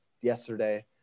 yesterday